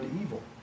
evil